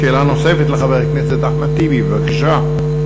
שאלה נוספת לחבר הכנסת אחמד טיבי, בבקשה.